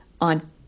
on